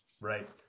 Right